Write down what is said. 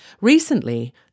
Recently